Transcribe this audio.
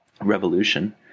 revolution